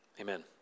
Amen